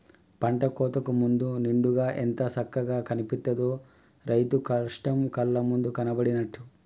పంట కోతకు ముందు నిండుగా ఎంత సక్కగా కనిపిత్తదో, రైతు కష్టం కళ్ళ ముందు కనబడినట్టు